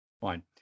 Fine